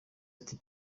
ati